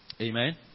Amen